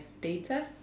data